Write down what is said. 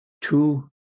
two